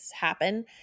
happen